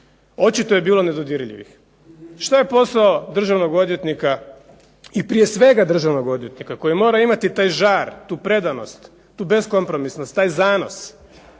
očito je bilo nedodirljivih. Što je posao državnog odvjetnika i prije svega državnog odvjetnika koji mora imati taj žar, tu predanost, tu beskompromisnost, taj zanos